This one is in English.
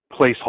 placeholder